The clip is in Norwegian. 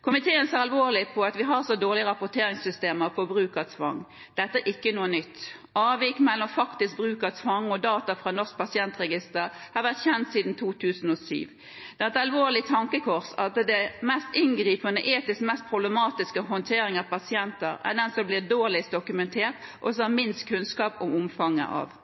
Komiteen ser alvorlig på at vi har så dårlige rapporteringssystemer på bruk av tvang. Dette er ikke noe nytt. Avvik mellom faktisk bruk av tvang og data fra Norsk pasientregister har vært kjent siden 2007. Det er et alvorlig tankekors at den mest inngripende og etisk mest problematiske håndtering av pasienter er den som blir dårligst dokumentert, og som vi har minst kunnskap om omfanget av.